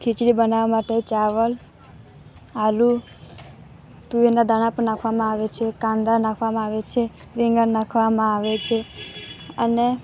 ખિચડી બનાવા માટે ચાવલ આલુ તુવેરના દાણા પણ નાખવામાં આવે છે કાંદા નાખવામાં આવે છે રીંગણ નાખવામાં આવે છે અને